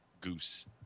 goose